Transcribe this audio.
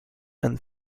and